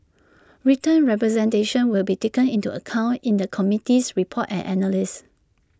written representations will be taken into account in the committee's report and analysis